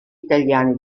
italiane